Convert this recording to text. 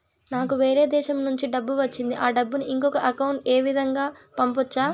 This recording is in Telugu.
నాకు వేరే దేశము నుంచి డబ్బు వచ్చింది ఆ డబ్బును ఇంకొక అకౌంట్ ఏ విధంగా గ పంపొచ్చా?